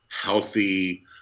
healthy